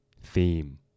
theme